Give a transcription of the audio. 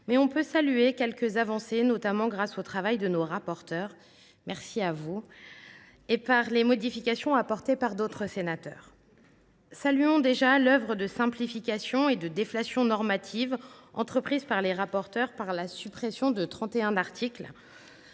on peut saluer quelques avancées, notamment grâce au travail de nos rapporteurs, que je remercie, et aux modifications apportées par certains d’entre nous. Saluons déjà l’œuvre de simplification et de déflation normative entreprise par les rapporteurs, avec la suppression de trente